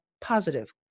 positive